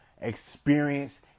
experience